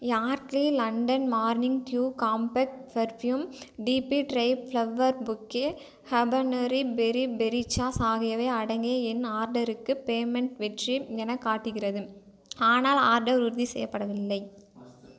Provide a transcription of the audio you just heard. Yardley London morning dew compact perfume DP dry flower bouquet habanero berry berry sauce ஆகியவை அடங்கிய என் ஆர்டருக்கு payment வெற்றி என காட்டுகிறது ஆனால் ஆர்டர் உறுதி செய்யப்படவில்லை